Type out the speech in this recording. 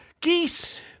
geese